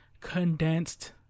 condensed